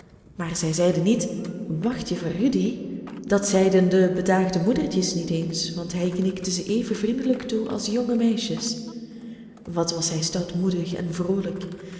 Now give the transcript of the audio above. maar zij zeiden niet wacht je voor rudy dat zeiden de bedaagde moedertjes niet eens want hij knikte ze even vriendelijk toe als de jonge meisjes wat was hij stoutmoedig en vroolijk